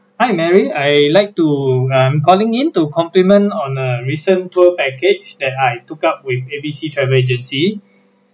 hi mary I like to I'm calling in to compliment on a recent tour package and I took up with A_B_C travel agency